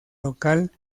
local